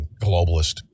globalist